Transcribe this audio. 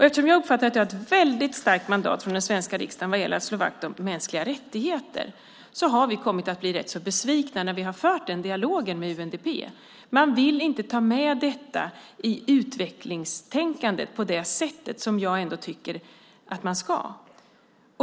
Eftersom jag uppfattar att jag har ett väldigt starkt mandat från den svenska riksdagen vad gäller att slå vakt om mänskliga rättigheter, har vi kommit att bli rätt så besvikna när vi har fört den dialogen med UNDP. Man vill inte ta med detta i utvecklingstänkandet på det sätt som jag tycker att man ska.